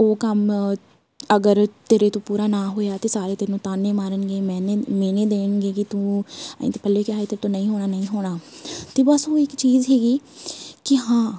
ਉਹ ਕੰਮ ਅਗਰ ਤੇਰੇ ਤੋਂ ਪੂਰਾ ਨਾ ਹੋਇਆ ਤੇ ਸਾਰੇ ਤੈਨੂੰ ਤਾਨੇ ਮਾਰਨਗੇ ਮੇਨੇ ਮੇਣੇ ਦੇਣਗੇ ਕਿ ਤੂੰ ਅਸੀਂ ਤਾਂ ਪਹਿਲੇ ਕਿਹਾ ਹੀ ਤੈਥੋਂ ਨਹੀਂ ਹੋਣਾ ਨਹੀਂ ਹੋਣਾ ਤੇ ਬਸ ਉਹ ਇੱਕ ਚੀਜ਼ ਸੀਗੀ ਕਿ ਹਾਂ